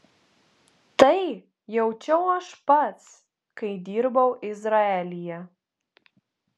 tai jaučiau aš pats kai dirbau izraelyje